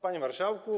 Panie Marszałku!